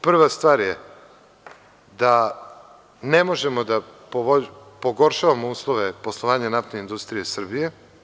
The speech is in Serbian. Prva stvar je da ne možemo da pogoršavamo uslove poslovanja Naftne industrije Srbije.